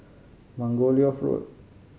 Margoliouth Road